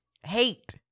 hate